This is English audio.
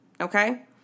okay